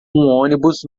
ônibus